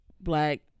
black